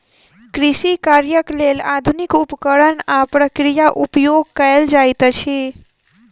कृषि कार्यक लेल आधुनिक उपकरण आ प्रक्रिया उपयोग कयल जाइत अछि